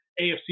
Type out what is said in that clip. AFC